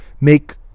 make